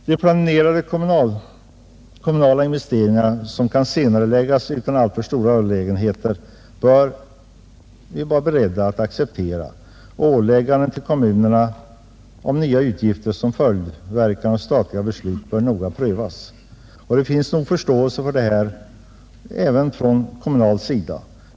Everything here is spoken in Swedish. De planerade kommunala investeringar, som kan senareläggas utan alltför stora olägenheter, bör vi vara beredda att acceptera, och ålägganden till kommunerna med nya utgifter som följdverkan av de statliga besluten bör noga prövas. Det finns nog förståelse för en sådan senareläggning även på den kommunala sidan.